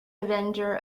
avenger